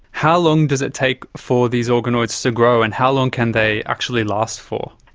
how long does it take for these organoids to grow and how long can they actually last for?